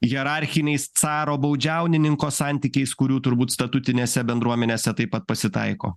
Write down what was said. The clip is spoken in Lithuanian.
hierarchiniais caro baudžiaunininko santykiais kurių turbūt statutinėse bendruomenėse taip pat pasitaiko